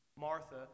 Martha